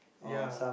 ya